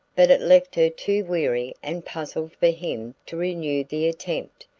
but it left her too weary and puzzled for him to renew the attempt,